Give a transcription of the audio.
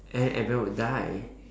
and then everyone will die